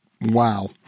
wow